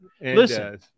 Listen